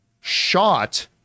shot